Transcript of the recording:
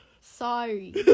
Sorry